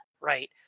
right